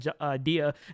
idea